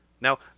Now